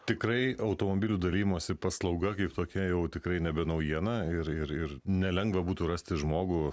tikrai automobilių dalijimosi paslauga kaip tokia jau tikrai nebe naujiena ir ir ir nelengva būtų rasti žmogų